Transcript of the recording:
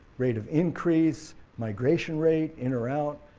rate of increase, migration rate, in or out,